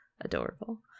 Adorable